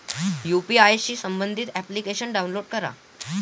UPI शी संबंधित application download करा